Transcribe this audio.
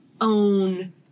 own